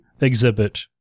exhibit